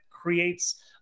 creates